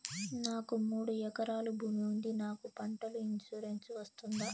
నాకు మూడు ఎకరాలు భూమి ఉంది నాకు పంటల ఇన్సూరెన్సు వస్తుందా?